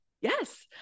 Yes